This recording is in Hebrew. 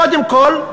קודם כול,